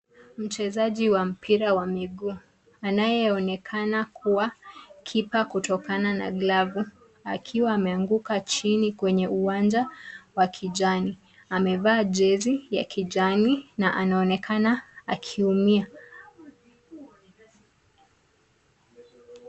Mchezaji wa mpira wa miguu, anayeonekana kuwa kipa kutokana na glavu akiwa ameanguka chini kwenye uwanja wa kijani. Amevaa jezi ya kijani na anaonekana akiumia.